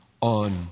on